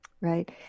right